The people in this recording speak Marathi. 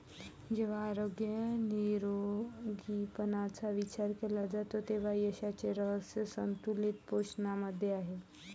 जेव्हा आरोग्य निरोगीपणाचा विचार केला जातो तेव्हा यशाचे रहस्य संतुलित पोषणामध्ये आहे